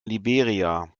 liberia